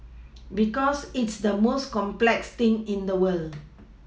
because it's the most complex thing in the world